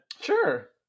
Sure